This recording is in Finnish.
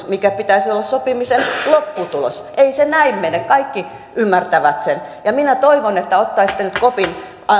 mikä pitäisi olla sopimisen lopputulos ei se näin mene kaikki ymmärtävät sen minä toivon että ottaisitte nyt kopin